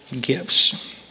gifts